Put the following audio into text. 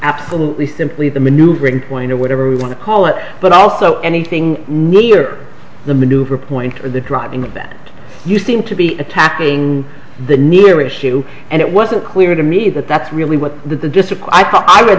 absolutely simply the maneuvering point or whatever you want to call it but also anything near the maneuver point or the dropping of that you seem to be attacking the near issue and it wasn't clear to me that that's really what the difficult i thought i